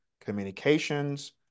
communications